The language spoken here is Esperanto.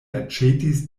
aĉetis